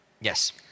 Yes